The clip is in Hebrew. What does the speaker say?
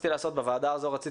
בוועדה הזו רציתי להיות,